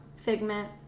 Figment